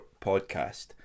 Podcast